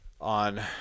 on